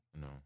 No